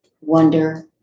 wonder